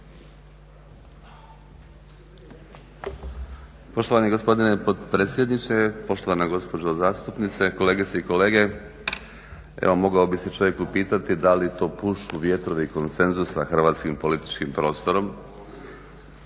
Poštovani gospodine potpredsjedniče, poštovana gospođo zastupnice, kolegice i kolege. Evo mogao bi se čovjek upitati da li to pušu vjetrovi konsenzusa hrvatskim političkim prostorom?